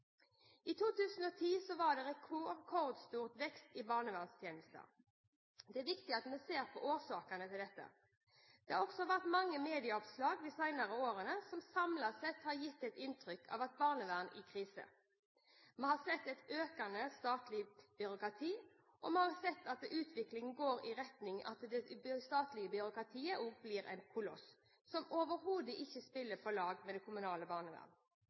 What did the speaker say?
I 2010 var det rekordstor vekst i barnevernstjenester. Det er viktig at vi ser på årsakene til dette. Det har også vært mange medieoppslag de senere årene, som samlet sett har gitt inntrykk av et barnevern i krise. Vi har sett et økende statlig byråkrati, og at utviklingen har gått i retning av en statlig koloss, som overhodet ikke spiller på lag med det kommunale